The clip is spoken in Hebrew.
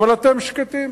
אבל אתם שקטים,